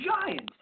Giants